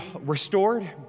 restored